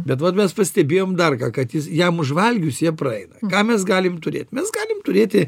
bet vat mes pastebėjom dar ką kad jis jam užvalgius jie praeina ką mes galim turėt mes galim turėti